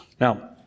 Now